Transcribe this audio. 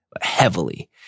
heavily